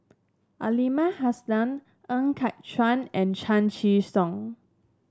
Aliman Hassan Ng Kat Chuan and Chan Chee Seng